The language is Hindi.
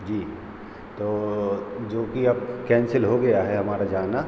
जी तो जोकि अब कैंसिल हो गया है हमारा जाना